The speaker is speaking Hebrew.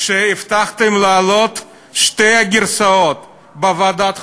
כשהבטחתם להעלות את שתי הגרסאות בוועדת החוקה,